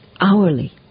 hourly